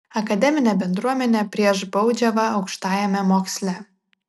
akademinė bendruomenė prieš baudžiavą aukštajame moksle